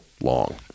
long